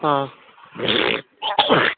ꯑꯪ